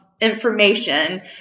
information